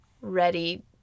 ready